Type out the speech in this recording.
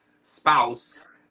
spouse